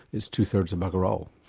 it's two-thirds of bugger-all,